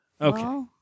Okay